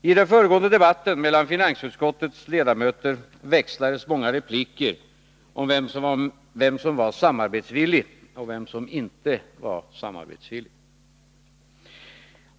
I den föregående debatten mellan finansutskottets ledamöter växlades många repliker om vem som var samarbetsvillig och vem som inte var det.